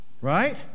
Right